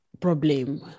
problem